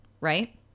right